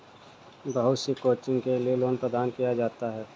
बहुत सी कोचिंग के लिये लोन प्रदान किया जाता है